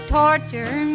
torture